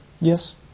Yes